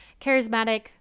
charismatic